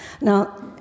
Now